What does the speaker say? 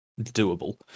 doable